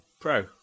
Pro